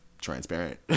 transparent